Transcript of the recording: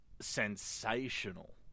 sensational